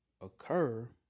occur